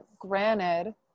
Granted